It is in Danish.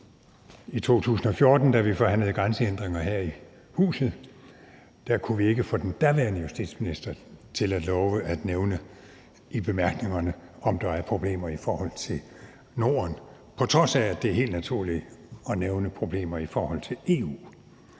I 2014, da vi forhandlede grænsehindringer her i huset, kunne vi ikke få den daværende justitsminister til at love at nævne i bemærkningerne, om der er problemer i forhold til Norden, på trods af at det er helt naturligt at nævne problemer i forhold til EU.